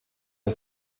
der